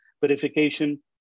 verification